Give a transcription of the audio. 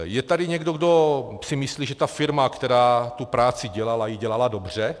Je tady někdo, kdo si myslí, že ta firma, která tu práci dělala, ji dělala dobře?